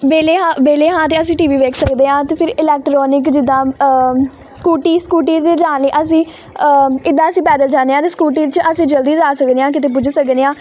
ਵੇਲੇ ਹਾਂ ਵਿਹਲੇ ਹਾਂ ਤਾਂ ਅਸੀਂ ਟੀ ਵੀ ਵੇਖ ਸਕਦੇ ਹਾਂ ਅਤੇ ਫਿਰ ਇਲੈਕਟਰੋਨਿਕ ਜਿੱਦਾਂ ਸਕੂਟੀ ਸਕੂਟੀ 'ਤੇ ਜਾਣ ਲਈ ਅਸੀਂ ਇੱਦਾਂ ਅਸੀਂ ਪੈਦਲ ਜਾਂਦੇ ਹਾਂ ਅਤੇ ਸਕੂਟੀ 'ਚ ਅਸੀਂ ਜਲਦੀ ਜਾ ਸਕਦੇ ਹਾਂ ਕਿਤੇ ਪੁੱਜੇ ਹਾਂ